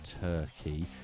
Turkey